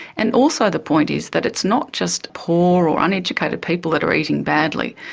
and also the point is that it's not just poor or uneducated people that are eating badly,